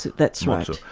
that's right.